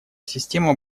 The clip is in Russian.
система